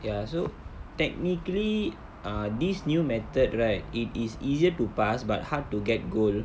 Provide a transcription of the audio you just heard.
ya so technically uh these new method right it is easier to pass but hard to get gold